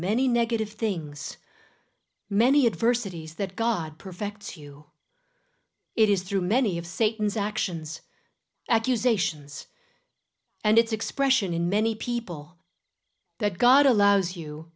many negative things many adversities that god perfect you it is through many of satan's actions accusations and its expression in many people that god allows you